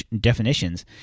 definitions